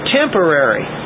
temporary